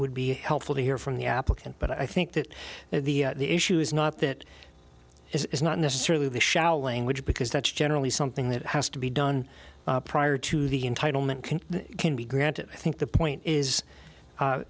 would be helpful to hear from the applicant but i think that the issue is not that it's not necessarily the shower language because that's generally something that has to be done prior to the entitle mint can can be granted i think the point is